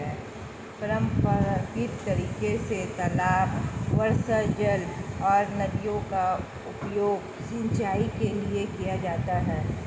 परम्परागत तरीके से तालाब, वर्षाजल और नदियों का उपयोग सिंचाई के लिए किया जाता है